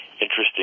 Interesting